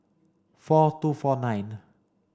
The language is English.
four two four nine